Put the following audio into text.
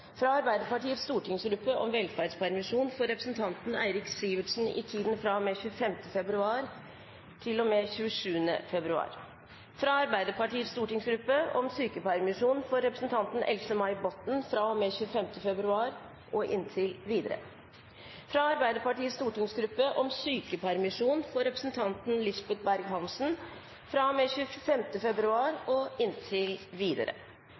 fra Arbeiderpartiets stortingsgruppe om velferdspermisjon for representanten Eirik Sivertsen i tiden fra og med 25. februar til og med 27. februar fra Arbeiderpartiets stortingsgruppe om sykepermisjon for representanten Else-May Botten fra og med 25. februar og inntil videre fra Arbeiderpartiets stortingsgruppe om sykepermisjon for representanten Lisbeth Berg-Hansen fra og med 25. februar og inntil videre